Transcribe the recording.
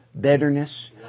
bitterness